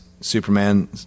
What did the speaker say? Superman